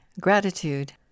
Gratitude